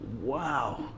Wow